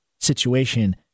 situation